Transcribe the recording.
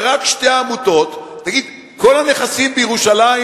שרק שתי עמותות, תגיד, כל הנכסים בירושלים,